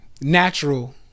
natural